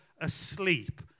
asleep